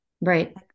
right